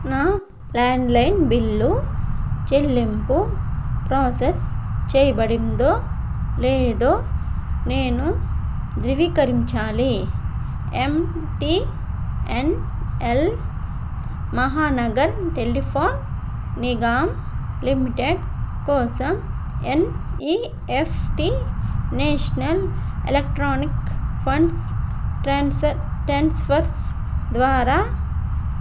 నా landline bill చెల్లింపు process చేయబడిందో లేదో నేను ధృవీకరించాలి M T N L Mahanagar telephone Nigam limited కోసం N E F T national electronic funds transfers ద్వారా